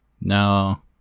No